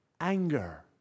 Anger